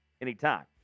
anytime